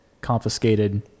Confiscated